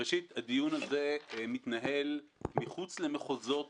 ראשית, הדיון הזה מתנהל מחוץ למחוזות